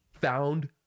found